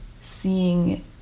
seeing